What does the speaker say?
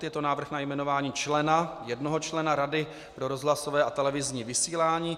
Je to návrh na jmenování jednoho člena Rady pro rozhlasové a televizní vysílání.